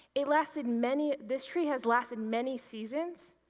it lasted many this tree has lasted many seasons,